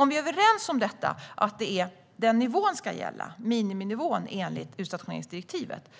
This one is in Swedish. Om vi är överens om att miniminivån ska gälla enligt utstationeringsdirektivet